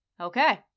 okay